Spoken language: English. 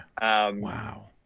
Wow